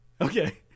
okay